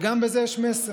וגם בזה יש מסר.